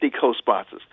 co-sponsors